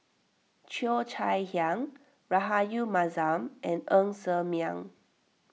Cheo Chai Hiang Rahayu Mahzam and Ng Ser Miang